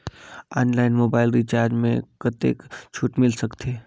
Online mobile recharge मे कतेक छूट मिल सकत हे?